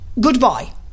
Goodbye